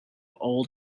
old